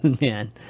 Man